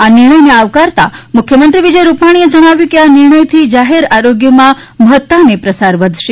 આ નિર્ણયને આવકારતા મુખ્યમંત્રી વિજય રૂપાણીએ જણાવ્યું કે આ નિર્ણયથી જાહેર આરોગ્યમાં મહત્તા અને પ્રસાર વધશે